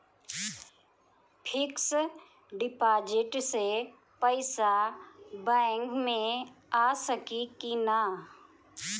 Fix deposit से पैसा बैक मे आ सकी कि ना?